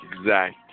exact